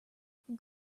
often